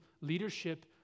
leadership